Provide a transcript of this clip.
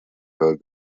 for